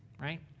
right